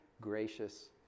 gracious